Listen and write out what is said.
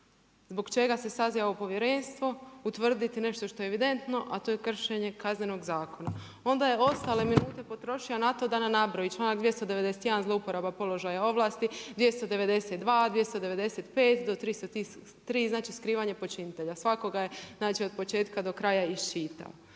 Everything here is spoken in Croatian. zbog čega se saziva ovo povjerenstvo, utvrditi nešto što je evidentno a to je kršenje Kaznenog zakona. Onda je ostale minute potrošio na to nabroji članak 291. zlouporaba položaja i ovlasti, 292., 295. do 303., znači skrivanje počinitelja. Svakoga je znači od početka do kraja iščitao.